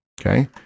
okay